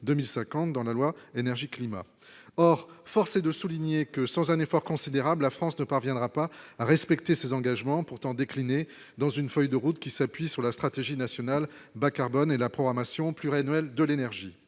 dans la loi énergie-climat or force est de souligner que sans un effort considérable, la France ne parviendra pas respecter ses engagements pourtant décliné dans une feuille de route qui s'appuie sur la stratégie nationale bas carbone et la programmation pluriannuelle de l'énergie